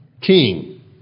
king